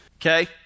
Okay